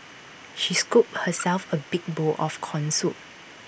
she scooped herself A big bowl of Corn Soup